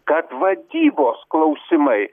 kad vadybos klausimai